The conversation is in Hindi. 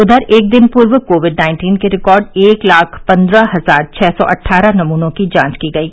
उधर एक दिन पूर्व कोविड नाइन्टीन के रिकॉर्ड एक लाख पंद्रह हजार छः सौ अट्ठारह नमूनों की जांच की गयी